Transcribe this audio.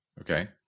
Okay